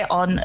on